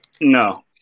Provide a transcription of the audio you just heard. No